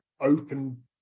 open